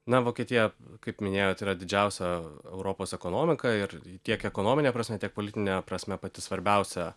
na vokietija kaip minėjot yra didžiausia europos ekonomika ir tiek ekonomine prasme tiek politine prasme pati svarbiausia